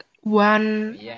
one